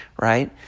right